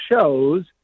shows